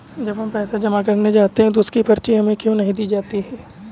जब हम पैसे जमा करने जाते हैं तो उसकी पर्ची हमें क्यो नहीं दी जाती है?